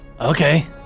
okay